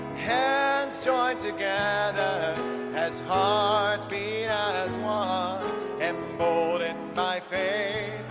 hands joined together as hearts beat and as one emboldened by faith,